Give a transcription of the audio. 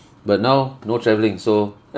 but now no travelling so